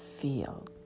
Feel